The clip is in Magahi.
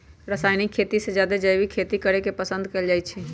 रासायनिक खेती से जादे जैविक खेती करे के पसंद कएल जाई छई